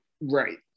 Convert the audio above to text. Right